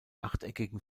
achteckigen